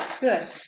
Good